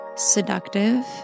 seductive